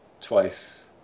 twice